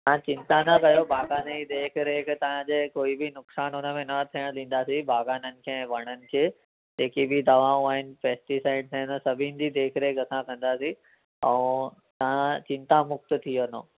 तव्हां चिंता न कयो बाग़ान जी देख रेख तव्हांजे कोई बि नुक़सान हुनमें न थियणु ॾींदासीं बाग़ाननि खे ऐं वणनि खे जेकी बि दवाऊं आहिनि पेस्टीसाइड्स आहिनि सभिनि जी देखरेख असां कंदासीं ऐं तव्हां चिंतामुक्त थी वञो